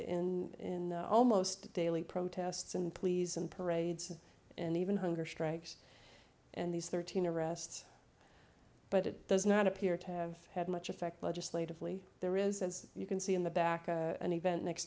n almost daily protests and pleas and parades and even hunger strikes and these thirteen arrests but it does not appear to have had much effect legislatively there is as you can see in the back of an event next